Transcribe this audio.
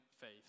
faith